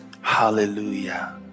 hallelujah